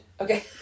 Okay